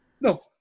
no